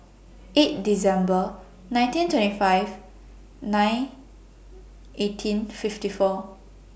eight December nineteen twenty five nine eighteen fifty four